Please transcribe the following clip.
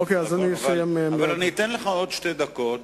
אבל אני אתן לך עוד שתי דקות.